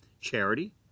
charity